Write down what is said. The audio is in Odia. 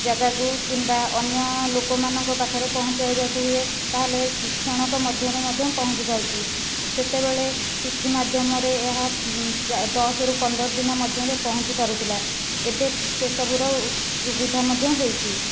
ଯାଗାକୁ କିମ୍ବା ଅନ୍ୟ ଲୋକମାନଙ୍କ ପାଖରେ ପହଁଞ୍ଚାଇବାକୁ ହୁଏ ତା'ହେଲେ କ୍ଷଣକ ମଧ୍ୟରେ ମଧ୍ୟ ପହଞ୍ଚି ପାରୁଛି ସେତେବେଳେ ଚିଠି ମାଧ୍ୟମରେ ଏହା ଦଶରୁ ପନ୍ଦର ଦିନ ମାଧ୍ୟମରେ ପହଁଞ୍ଚି ପାରୁଥିଲା ଏବେ ସେ ସବୁର ସୁବିଧା ମଧ୍ୟ ହୋଇଛି